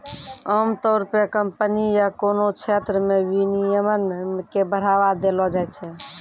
आमतौर पे कम्पनी या कोनो क्षेत्र मे विनियमन के बढ़ावा देलो जाय छै